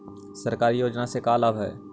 सरकारी योजना से का लाभ है?